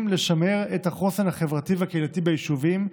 לשמר את החוסן החברתי והקהילתי ביישובים.